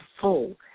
full